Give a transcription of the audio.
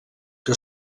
que